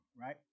right